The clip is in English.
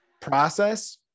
process